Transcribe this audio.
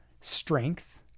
strength